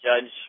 judge